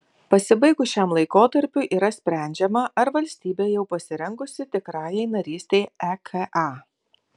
pasibaigus šiam laikotarpiui yra sprendžiama ar valstybė jau pasirengusi tikrajai narystei eka